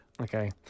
Okay